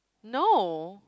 no